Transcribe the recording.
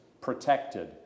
protected